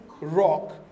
rock